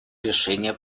решения